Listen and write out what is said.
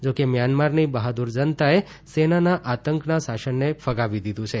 જોકે મ્યાનમારની બહાદુર જનાતએ સેનાના આતંકના શાસનને ફગાવી દીધું છે